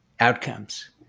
outcomes